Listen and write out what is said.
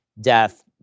death